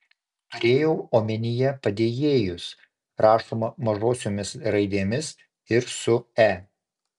turėjau omenyje padėjėjus rašoma mažosiomis raidėmis ir su e